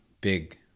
big